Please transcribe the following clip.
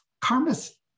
karma's